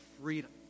freedom